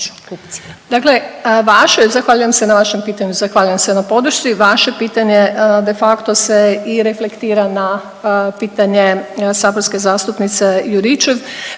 vaše, zahvaljujem se na vašem pitanju, zahvaljujem se na podršci, vaše pitanje de facto se i reflektira na pitanje saborske zastupnice Juričev